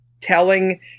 telling